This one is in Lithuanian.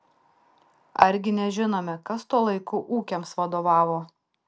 argi nežinome kas tuo laiku ūkiams vadovavo